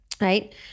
right